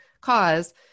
cause